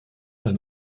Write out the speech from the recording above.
ein